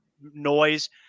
noise